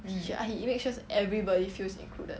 he ah he makes sure everybody feels included